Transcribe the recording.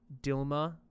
Dilma